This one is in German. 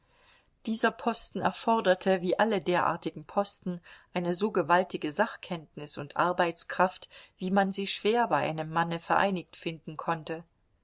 dieser posten erforderte wie alle derartigen posten eine so gewaltige sachkenntnis und arbeitskraft wie man sie schwer bei einem manne vereinigt finden konnte